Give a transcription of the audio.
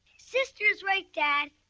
sister's right, dad.